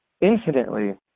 infinitely